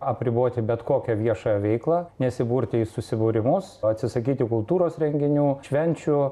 apriboti bet kokią viešąją veiklą nesiburti į susibūrimus o atsisakyti kultūros renginių švenčių